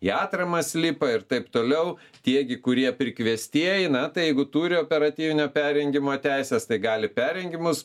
į atramas lipa ir taip toliau tie gi kurie prikviestieji na tai jeigu turi operatyvinio perrengimo teises tai gali perregimus